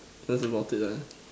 don't talk about it ah